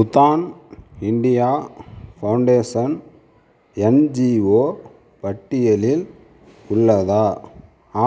Udaan India foundation NGO பட்டியலில் உள்ளதா